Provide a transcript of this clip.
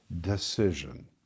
decision